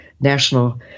national